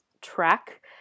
track